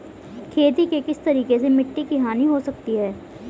खेती के किस तरीके से मिट्टी की हानि हो सकती है?